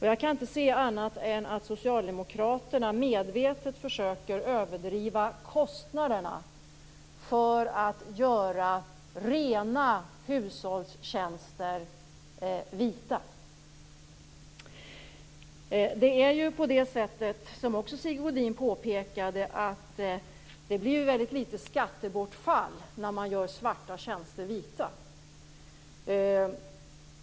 Jag kan inte se annat än att socialdemokraterna medvetet försöker att överdriva kostnaderna för att göra svarta hushållstjänster vita. Som Sigge Godin också påpekade blir det ett väldigt litet skattebortfall när man gör svarta tjänster vita.